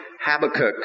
Habakkuk